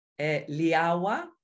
Liawa